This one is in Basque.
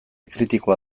kritikoa